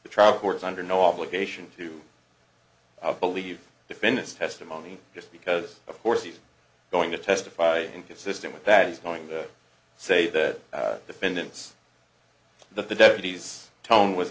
the trial court is under no obligation to believe defendant's testimony just because of course he's going to testify inconsistent with that he's going to say that the defendant's the deputy's tone was